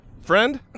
friend